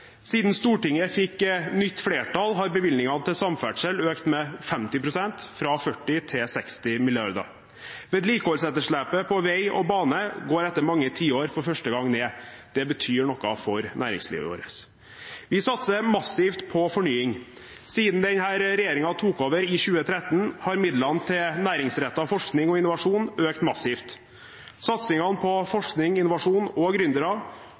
Siden Stortinget fikk nytt flertall, har bevilgningene til samferdsel økt med 50 pst., fra 40 mrd. kr til 60 mrd. kr. Vedlikeholdsetterslepet på vei og bane går etter mange tiår for første gang ned. Det betyr noe for næringslivet vårt. Vi satser massivt på fornying. Siden denne regjeringen tok over i 2013, har midlene til næringsrettet forskning og innovasjon økt massivt. Satsingen på forskning, innovasjon og